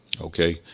Okay